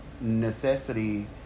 necessity